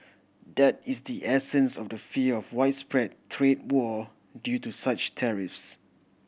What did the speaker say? that is the essence of the fear of a widespread trade war due to such tariffs